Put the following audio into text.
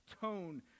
tone